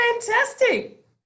fantastic